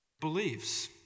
beliefs